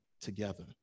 together